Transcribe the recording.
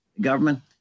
government